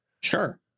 Sure